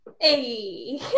Hey